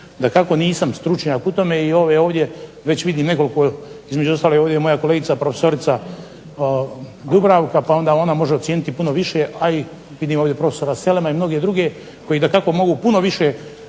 Dakako nisam stručnjak u tome, i ovdje već vidim nekoliko između ostalog ovdje je moja kolegica prof. Dubravka, pa onda ona može ocijeniti puno više, a i vidim ovdje prof. Selema i mnoge druge, koji dakako mogu puno više,